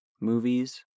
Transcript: movies